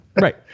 Right